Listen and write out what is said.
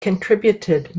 contributed